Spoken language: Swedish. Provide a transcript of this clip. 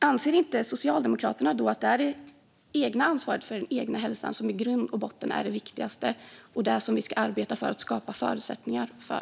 Anser inte Socialdemokraterna att det är det egna ansvaret för den egna hälsan som i grund och botten är det viktigaste och det som vi ska arbeta för att skapa förutsättningar för?